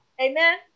Amen